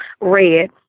red